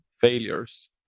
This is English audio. failures